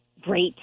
great